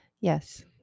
Yes